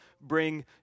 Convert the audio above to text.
bring